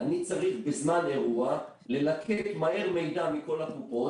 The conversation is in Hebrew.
אני צריך בזמן אירוע ללקט מהר מידע מכל הקופות,